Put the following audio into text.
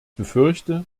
befürchte